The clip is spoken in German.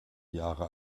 jahre